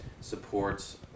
supports